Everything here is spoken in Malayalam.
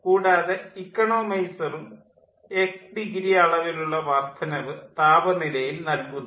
കൂടാതെ ഇക്കണോമൈസറും എക്സ് ഡിഗ്രി അളവിലുള്ള വർദ്ധനവ് താപനിലയിൽ നൽകുന്നു